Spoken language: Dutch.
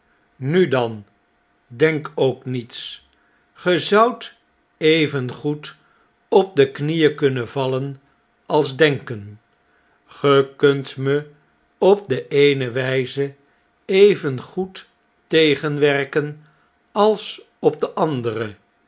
nu dan denk ook niets ore zoudt evengoed op de knieen kunnen vallen als denken ge kunt me op de eene wjjze evengoed tegenwerken als op de andere